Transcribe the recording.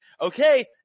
okay